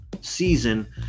season